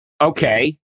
okay